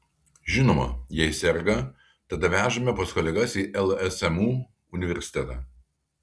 žinoma jei serga tada vežame pas kolegas į lsmu universitetą